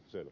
selvä